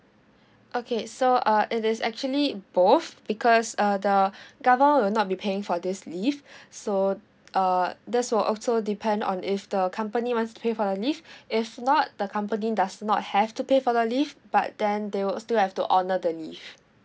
okay so uh it is actually both because uh the government will not be paying for this leave so err this will also depend on if the company wants to pay for the leave if not the company does not have to pay for the leave but then they will still have to honour the leave